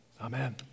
Amen